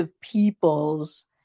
peoples